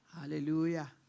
hallelujah